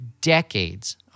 decades